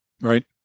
Right